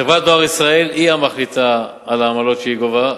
חברת "דואר ישראל" היא המחליטה על העמלות שהיא גובה.